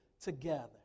together